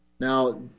Now